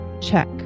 check